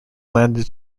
landed